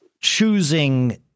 choosing